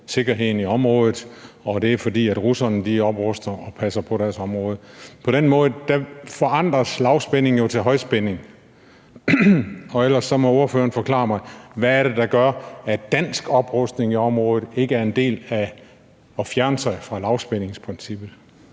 sikkerheden i området, og det er, fordi russerne opruster og passer på deres område. På den måde forandres lavspænding jo til højspænding. Og ellers må ordføreren forklare mig, hvad det er, der gør, at dansk oprustning i området ikke er en del af at fjerne sig fra lavspændingsprincippet.